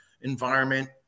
environment